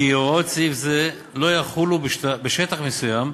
כי הוראות סעיף זה לא יחולו בשטח מסוים,